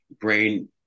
brain